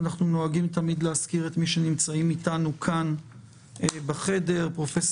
את משרד פנים,